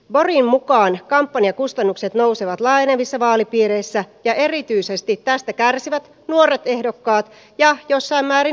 borgin mukaan kampanjakustannukset nousevat laajenevissa vaalipiireissä ja erityisesti tästä kärsivät nuoret ehdokkaat ja jossain määrin naisehdokkaat